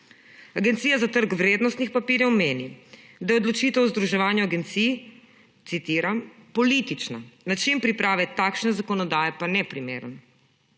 Agencija za trg vrednostnih papirjev meni, da je odločitev o združevanju agencij, citiram, »politična, način priprave takšne zakonodaje pa neprimeren«.